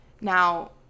Now